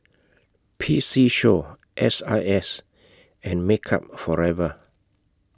P C Show S I S and Makeup Forever